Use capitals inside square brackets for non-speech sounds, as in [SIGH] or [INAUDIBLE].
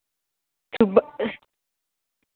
[UNINTELLIGIBLE]